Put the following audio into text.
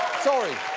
sorry.